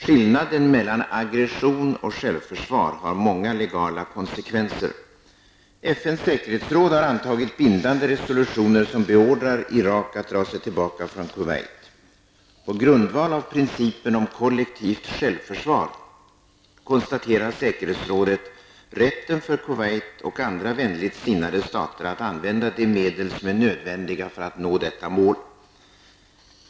Skillnaden mellan aggression och självförsvar har många legala konsekvenser. FNs säkerhetsråd har antagit bindande resolutioner, som beordrar Irak att dra sig tillbaka från Kuwait. På grundval av principen om kollektivt självförsvar konstaterar säkerhetsrådet rätten för Kuwait och andra vänligt sinnande stater att använda de medel som är nödvändiga för att nå detta mål.